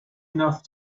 enough